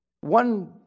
One